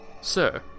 Sir